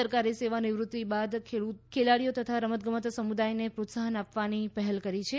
સરકારે સેવાનિવૃત્તિ બાદ ખેલાડીઓ તથા રમત ગમત સમુદાયને પ્રોત્સાહન આપવાની પહલ કરી છે